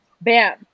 bam